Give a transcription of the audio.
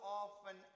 often